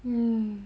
mmhmm